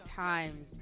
times